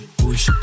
push